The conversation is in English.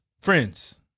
Friends